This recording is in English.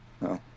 No